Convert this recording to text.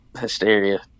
hysteria